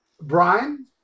Brian